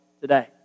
today